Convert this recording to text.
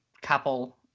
couple